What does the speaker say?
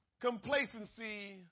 Complacency